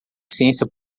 ciência